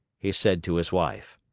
he said to his wife.